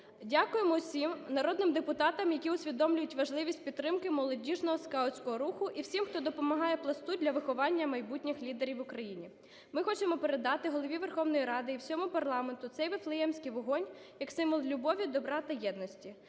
Дякуємо всім народним депутатам, які усвідомлюють важливість підтримки молодіжного скаутського руху, і всім, хто допомагає "Пласту" для виховання майбутніх лідерів в Україні. Ми хочемо передати Голові Верховної Ради і всьому парламенту цей Вифлеємський вогонь як символ любові, добра та єдності.